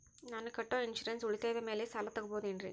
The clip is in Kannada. ನಾನು ಕಟ್ಟೊ ಇನ್ಸೂರೆನ್ಸ್ ಉಳಿತಾಯದ ಮೇಲೆ ಸಾಲ ತಗೋಬಹುದೇನ್ರಿ?